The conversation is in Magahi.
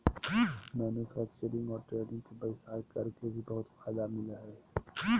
मैन्युफैक्चरिंग और ट्रेडिंग के व्यवसाय कर के भी बहुत फायदा मिलय हइ